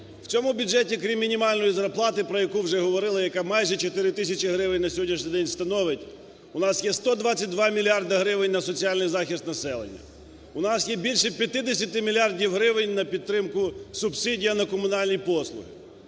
в цьому бюджеті крім мінімальної зарплати, про яку вже говорили, яка майже 4 тисячі гривень на сьогоднішній день становить, у нас є 122 мільярда гривень на соціальний захист населення. У нас є більше 50 мільярдів гривень на підтримку субсидій на комунальні послуги.